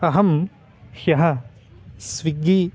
अहं ह्यः स्विग्गि